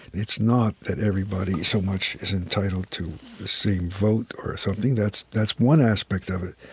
it's not that everybody so much is entitled to the same vote or something, that's that's one aspect of it.